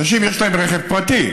אנשים, יש להם רכב פרטי.